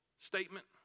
statement